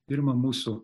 pirmą mūsų